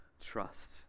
trust